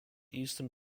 eastern